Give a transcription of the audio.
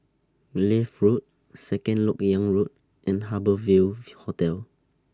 Leith Road Second Lok Yang Road and Harbour Ville Hotel